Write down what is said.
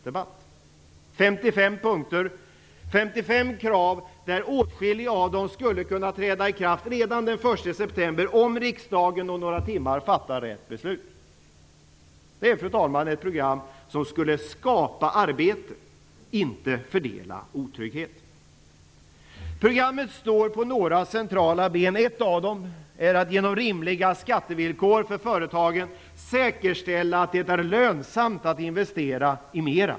Det är 55 punkter och krav varav åtskilliga skulle kunna träda i kraft redan den 1 september om riksdagen om några timmar fattar rätt beslut. Fru talman! Detta är ett program som skulle skapa arbete - inte fördela otrygghet. Programmet har några centrala punkter. En är att genom rimliga skattevillkor för företagen säkerställa att det är lönsamt att investera mer.